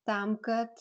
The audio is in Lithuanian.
tam kad